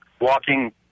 walking